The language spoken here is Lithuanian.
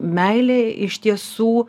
meilė iš tiesų